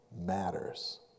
matters